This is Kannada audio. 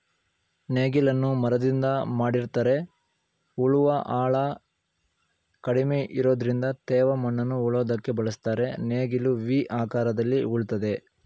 ನೇಗಿಲನ್ನು ಮರದಿಂದ ಮಾಡಿರ್ತರೆ ಉಳುವ ಆಳ ಕಡಿಮೆ ಇರೋದ್ರಿಂದ ತೇವ ಮಣ್ಣನ್ನು ಉಳೋದಕ್ಕೆ ಬಳುಸ್ತರೆ ನೇಗಿಲು ವಿ ಆಕಾರದಲ್ಲಿ ಉಳ್ತದೆ